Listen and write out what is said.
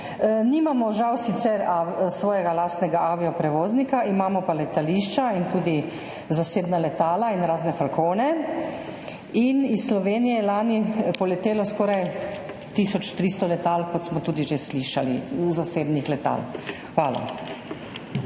Nimamo žal sicer, a svojega lastnega avioprevoznika, imamo pa letališča in tudi zasebna letala in razne falcone. In iz Slovenije je lani poletelo skoraj tisoč 300 letal, kot smo tudi že slišali, zasebnih letal. Hvala.